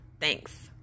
Thanks